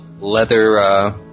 leather